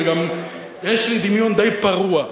וגם יש לי דמיון די פרוע.